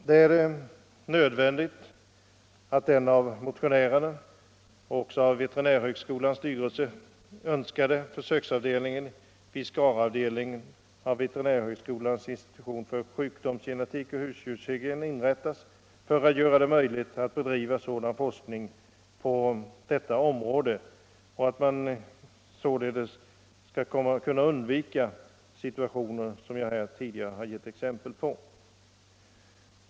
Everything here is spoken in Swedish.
Det är nödvändigt att den av motionärerna och av veterinärhögskolans styrelse önskade försöksavdelningen vid Skaraavdelningen av veterinärhögskolans institution för sjukdomsgenetik och husdjurshygien inrättas för att göra det möjligt att bedriva sådan forskning på djurmiljö-djurhälsoområdet att man undviker situationer av det slag jag här har givit exempel på.